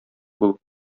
булып